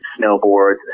snowboards